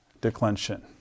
declension